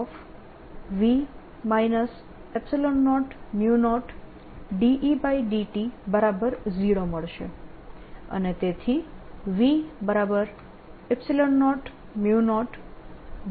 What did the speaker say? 0 મળશે અને તેથી v00 Et થશે